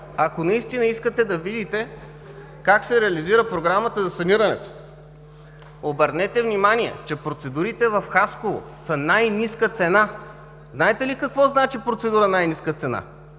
ако наистина искате да видите как се реализира Програмата за санирането, обърнете внимание, че процедурите в Хасково са на най-ниска цена. Знаете ли какво значи процедура „най-ниска цена“?